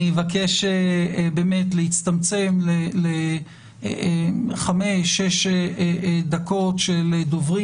אני אבקש באמת להצטמצם לחמש, שש דקות של דוברים.